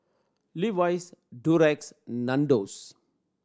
Levi's Durex Nandos